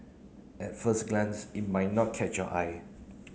at first glance it might not catch your eye